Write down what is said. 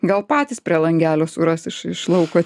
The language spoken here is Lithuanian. gal patys prie langelio suras iš iš lauko